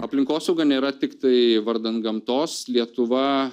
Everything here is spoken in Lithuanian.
aplinkosauga nėra tiktai vardan gamtos lietuva